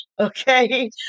Okay